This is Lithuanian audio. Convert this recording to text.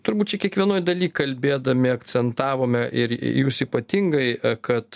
turbūt čia kiekvienoj daly kalbėdami akcentavome ir jūs ypatingai kad